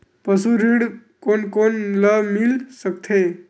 पशु ऋण कोन कोन ल मिल सकथे?